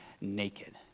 naked